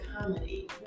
comedy